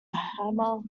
hammer